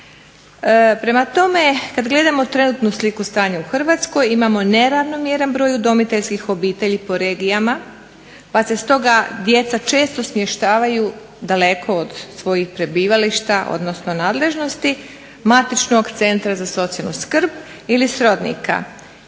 Prema tome, kada gledamo trenutnu sliku stanja u Hrvatskoj imamo neravnomjeran broj udomiteljskih obitelji po regijama pa se stoga djeca često smještavaju daleko od svojih prebivališta odnosno nadležnosti, matičnog centra za socijalnu skrb ili srodnika.